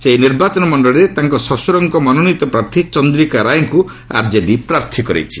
ସେହି ନିର୍ବାଚନ ମଣ୍ଡଳୀରେ ତାଙ୍କ ଶ୍ୱଶୁରଙ୍କ ମନୋନୀତ ପ୍ରାର୍ଥୀ ଚନ୍ଦ୍ରିକା ରାୟଙ୍କୁ ଆର୍ଜେଡି ପ୍ରାର୍ଥୀ କରିଛି